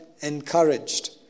encouraged